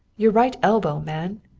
your right elbow, man!